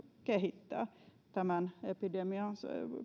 kehittää tämän epidemian